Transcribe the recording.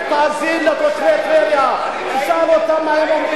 יש לי דאגה, אני בא מהעם.